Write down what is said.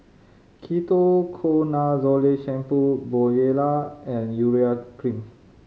Ketoconazole Shampoo Bonjela and Urea Cream